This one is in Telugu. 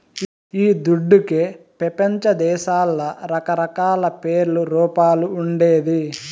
ఈ దుడ్డుకే పెపంచదేశాల్ల రకరకాల పేర్లు, రూపాలు ఉండేది